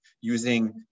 using